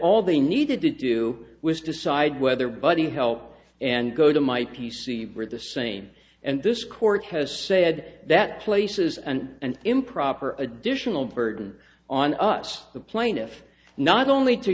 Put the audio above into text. all they needed to do was decide whether buddy help and go to my p c were the same and this court has said that places and an improper additional burden on us the plaintiff not only to